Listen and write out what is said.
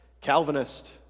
Calvinist